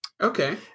Okay